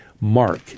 Mark